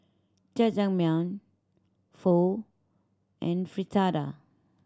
Jajangmyeon Pho and Fritada